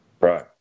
right